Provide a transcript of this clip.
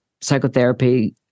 psychotherapy